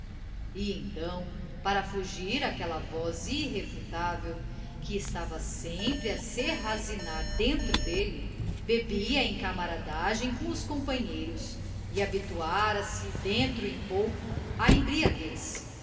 e então para fugir àquela voz irrefutável que estava sempre a serrazinar dentro dele bebia em camaradagem com os companheiros e habituara-se dentro em pouco à embriaguez